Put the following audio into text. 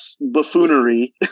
buffoonery